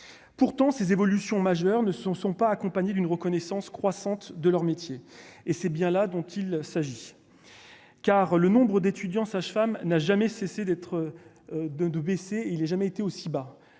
pourtant ces évolutions majeures ne sont pas accompagnés d'une reconnaissance croissante de leur métier et c'est bien là dont il s'agit, car le nombre d'étudiants sages-femmes n'a jamais cessé d'être de de baisser, il est jamais été aussi bas